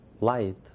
light